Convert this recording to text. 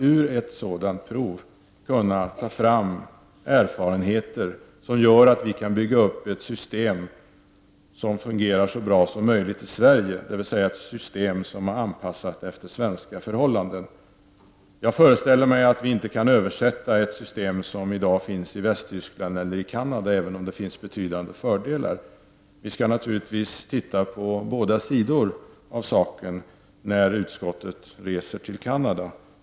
Ur ett sådant prov skulle man kunna ta fram erfarenheter som gör att vi kan bygga upp ett system som fungerar så bra som möjligt i Sverige, dvs. ett system anpassat efter svenska förhållanden. Jag föreställer mig att vi inte kan översätta ett system som i dag finns i Västtyskland eller i Canada, även om det där finns betydande fördelar. Vi skall naturligtvis studera båda sidor av saken när utskottet reser till Canada.